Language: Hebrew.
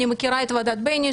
אני מכירה את ועדת בייניש,